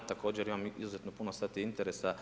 Također imam izuzetno puno sad i interesa.